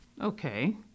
Okay